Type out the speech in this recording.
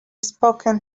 spoken